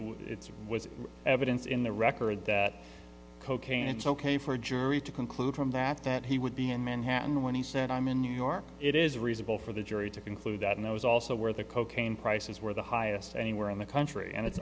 and it was evidence in the record that cocaine it's ok for a jury to conclude from that that he would be in manhattan when he said i'm in new york it is reasonable for the jury to conclude that and i was also where the cocaine prices were the highest anywhere in the country and it's